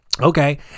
Okay